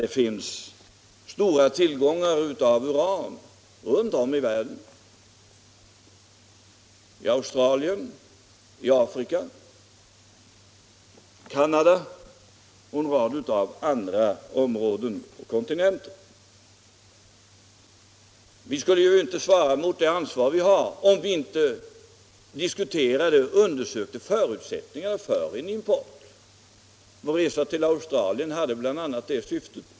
Det finns stora tillgångar av uran runt om i världen: i Australien, i Afrika, i Canada och i en rad andra områden och kontinenter. Vi skulle inte svara mot det ansvar vi har om vi inte undersökte och diskuterade förutsättningarna för en import. Vår resa till Australien hade bl.a. det syftet.